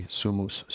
sumus